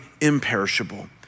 imperishable